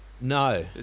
no